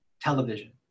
television